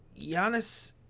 Giannis